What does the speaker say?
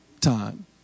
time